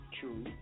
True